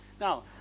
Now